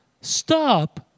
stop